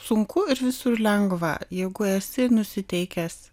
sunku ir visur lengva jeigu esi nusiteikęs